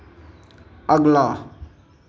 अगला